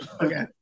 Okay